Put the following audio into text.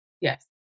Yes